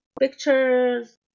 pictures